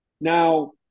Now